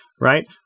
right